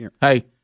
Hey